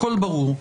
הכול ברור.